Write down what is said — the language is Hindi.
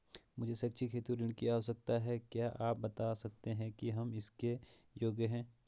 मुझे शैक्षिक हेतु ऋण की आवश्यकता है क्या आप बताना सकते हैं कि हम इसके योग्य हैं?